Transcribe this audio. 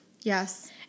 Yes